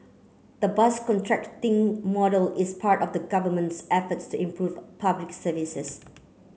the bus contracting model is part of the government's efforts to improve Public Services